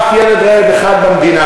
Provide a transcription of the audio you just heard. אף ילד רעב אחד במדינה.